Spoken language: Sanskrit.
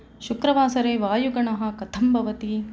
शुक्रवासरे वायुगुणः कथं भवति